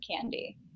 candy